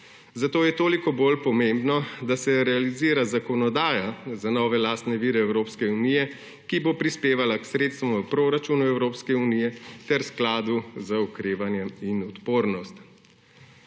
zato je toliko bolj pomembno, da se realizira zakonodaja za nove lastne vire Evropske unije, ki bo prispevala k sredstvom v proračun Evropske unije ter sklada za okrevanje in odpornost.